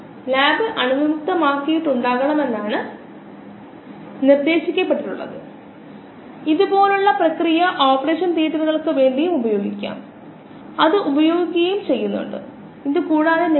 അത് ഉൽപന്നം അല്ലാതെ മറ്റൊരു കോശങ്ങളാൽ നിർമിക്കപ്പെട്ട തന്മാത്ര ആണെകിൽ വളരെ ലളിതമായ ഒരു മോഡൽ മോഡലിനെ ഉൽപന്ന രൂപീകരണ നിരക്കിനായ് ല്യൂഡെക്കിഗ് പൈററ്റ് മോഡൽ എന്ന് വിളിക്കുന്ന മോഡൽ വ്യാപകമായി ഉപയോഗിക്കുന്നു ഇവയെലാം നിരക്കുകളുടെ മോഡലുകൾ ആണെന് ശ്രദ്ധിക്കുക